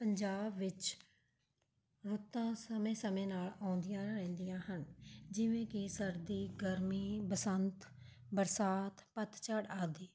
ਪੰਜਾਬ ਵਿੱਚ ਰੁੱਤਾਂ ਸਮੇਂ ਸਮੇਂ ਨਾਲ਼ ਆਉਂਦੀਆਂ ਰਹਿੰਦੀਆਂ ਹਨ ਜਿਵੇਂ ਕਿ ਸਰਦੀ ਗਰਮੀ ਬਸੰਤ ਬਰਸਾਤ ਪੱਤਝੜ ਆਦਿ